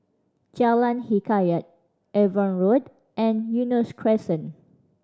Jalan Hikayat Avon Road and Eunos Crescent